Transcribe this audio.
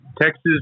Texas